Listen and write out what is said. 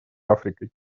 африкой